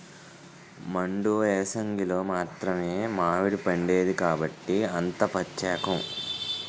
మండు ఏసంగిలో మాత్రమే మావిడిపండేది కాబట్టే అంత పచ్చేకం